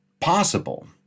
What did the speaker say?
possible